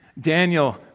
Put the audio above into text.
Daniel